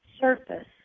surface